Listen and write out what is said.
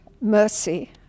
mercy